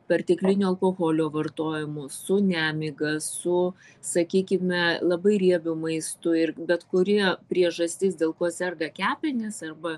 pertekliniu alkoholio vartojimu su nemiga su sakykime labai riebiu maistu ir bet kurie priežastis dėl ko serga kepenys arba